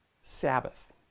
Sabbath